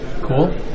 Cool